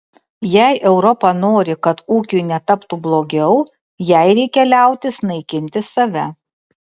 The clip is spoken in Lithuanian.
jei europa nori kad ūkiui netaptų blogiau jai reikia liautis naikinti save